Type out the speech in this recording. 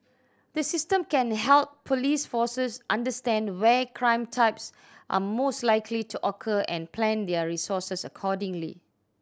the system can help police forces understand where crime types are most likely to occur and plan their resources accordingly